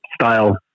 style